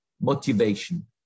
motivation